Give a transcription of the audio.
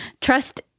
trust